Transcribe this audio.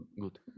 Good